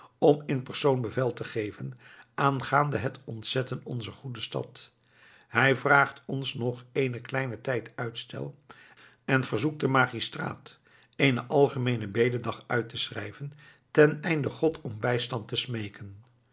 om in persoon bevel te geven aangaande het ontzetten onzer goede stad hij vraagt ons nog eenen kleinen tijd uitstel en verzoekt den magistraat eenen algemeenen bededag uit te schrijven teneinde god om bijstand te smeeken